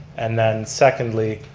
and then secondly,